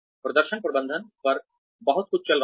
प्रदर्शन प्रबंधन पर बहुत कुछ चल रहा है